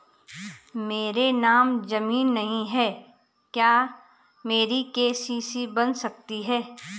मेरे नाम ज़मीन नहीं है क्या मेरी के.सी.सी बन सकती है?